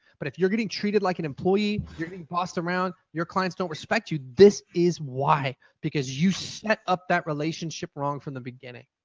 but if you're getting treated like an employee, you're getting tossed around, you're clients don't respect you, this is why. because you set up that relationship wrong from the beginning.